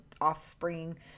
offspring